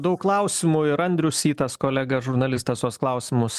daug klausimų ir andrius sytas kolega žurnalistas tuos klausimus